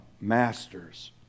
masters